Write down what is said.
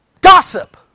Gossip